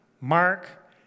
Mark